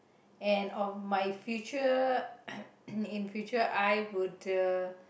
and on my future in future I would uh